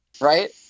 right